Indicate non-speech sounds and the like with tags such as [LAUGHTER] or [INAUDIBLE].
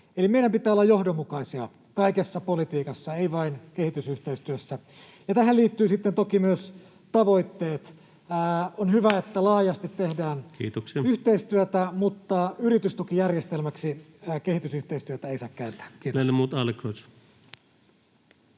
Eli meidän pitää olla johdonmukaisia kaikessa politiikassa, ei vain kehitysyhteistyössä. Ja tähän liittyvät sitten toki myös tavoitteet. [NOISE] On hyvä, että laajasti tehdään [Puhemies: Kiitoksia!] yhteistyötä, mutta yritystukijärjestelmäksi kehitysyhteistyötä ei saa kääntää. — Kiitoksia.